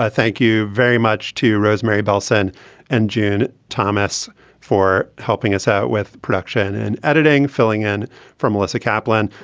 ah thank you very much to rosemary bellson and janet thomas for helping us out with production and editing, filling in for melissa kaplan.